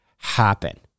Happen